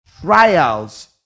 Trials